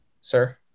sir